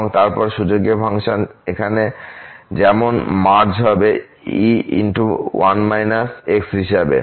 এবং তারপর এই সূচকীয় ফাংশন এখানে যেমন মার্জ হবে e1− x হিসাবে